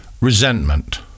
resentment